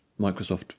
Microsoft